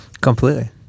Completely